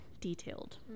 detailed